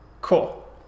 Cool